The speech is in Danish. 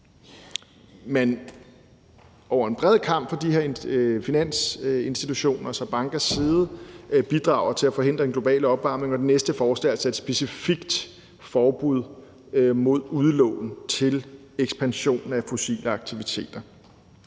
man over en bred kam sørger for, at de her finansinstitutioner og banker bidrager til at forhindre den globale opvarmning, og det gælder det næste forslag, som altså handler om et specifikt forbud mod udlån til ekspansion af fossile aktiviteter.